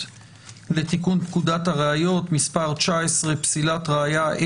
לתיקון פקודת הראיות (מס' 19) (פסילת ראיה),